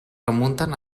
remunten